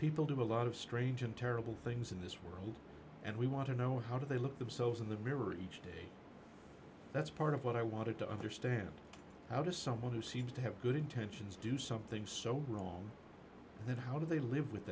people do a lot of strange and terrible things in this world and we want to know how do they look at themselves in the mirror each day that's part of what i wanted to understand how does someone who seems to have good intentions do something so wrong that how do they live with